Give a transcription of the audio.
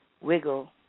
wiggle